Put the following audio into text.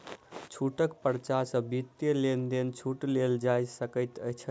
छूटक पर्चा सॅ वित्तीय लेन देन में छूट लेल जा सकै छै